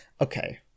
okay